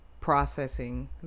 processing